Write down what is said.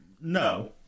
no